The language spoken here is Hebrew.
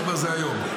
אתה אומר שזה היום.